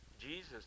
Jesus